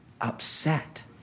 upset